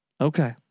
Okay